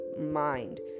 mind